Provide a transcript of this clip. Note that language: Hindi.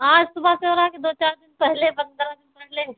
आज सुबह से हो रहा है कि दो चार दिन पहले पन्द्रह दिन पहले